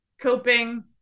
coping